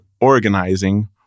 organizing